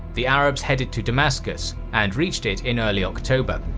the arabs headed to damascus and reached it in early october.